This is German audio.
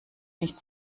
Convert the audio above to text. nicht